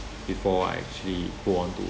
before I actually go on to